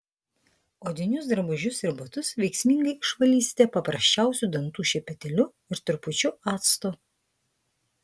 odinius drabužius ir batus veiksmingai išvalysite paprasčiausiu dantų šepetėliu ir trupučiu acto